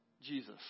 Jesus